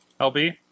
LB